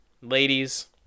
Ladies